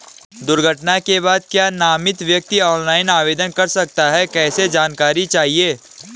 दुर्घटना के बाद क्या नामित व्यक्ति ऑनलाइन आवेदन कर सकता है कैसे जानकारी चाहिए?